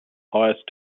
highest